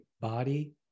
body